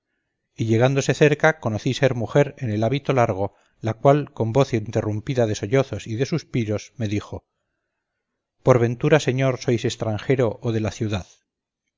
y llegándose cerca conocí ser mujer en el hábito largo la cual con voz interrumpida de sollozos y de suspiros me dijo por ventura señor sois estranjero o de la ciudad